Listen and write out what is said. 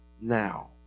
now